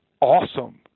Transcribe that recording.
awesome